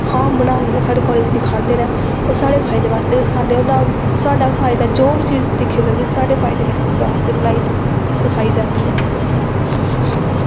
हां बनान दिंदे साढ़े कालेज सखांदे न ओह् साढ़े फायदे बास्तै गै सखांदे न उं'दा साड्ढा बी फायदा जो बी चीज़ दिक्खी जंदी साढ़े फायदे बास्तै बनाई सखाई जांदी ऐ